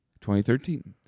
2013